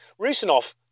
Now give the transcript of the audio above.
Rusinov